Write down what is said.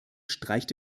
streicht